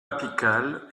apical